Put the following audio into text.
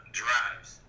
drives